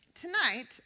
tonight